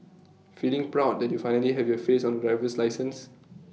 feeling proud that you finally have your face on A driver's license